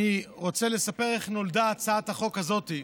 אני רוצה לספר איך נולדה הצעת החוק הזאת.